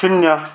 शून्य